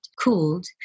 called